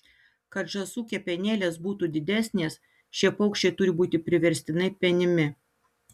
kad žąsų kepenėlės būtų didesnės šie paukščiai turi būti priverstinai penimi